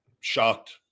Shocked